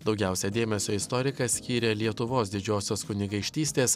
daugiausia dėmesio istorikas skyrė lietuvos didžiosios kunigaikštystės